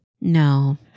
No